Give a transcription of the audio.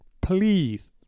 please